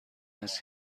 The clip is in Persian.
است